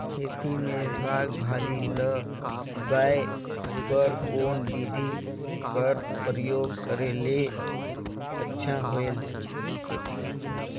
खेती मे साक भाजी ल उगाय बर कोन बिधी कर प्रयोग करले अच्छा होयल?